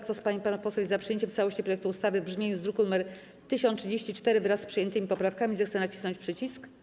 Kto z pań i panów posłów jest za przyjęciem w całości projektu ustawy w brzmieniu z druku nr 1034, wraz z przyjętymi poprawkami, zechce nacisnąć przycisk.